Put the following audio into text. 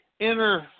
inner